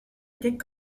étaient